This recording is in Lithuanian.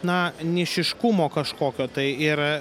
na nišiškumo kažkokio tai ir